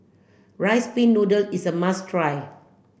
rice pin noodle is a must try